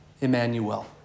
Emmanuel